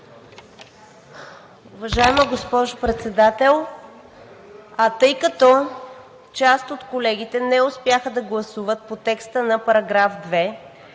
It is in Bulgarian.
Уважаема госпожо Председател! Тъй като част от колегите не успяха да гласуват по текста на § 2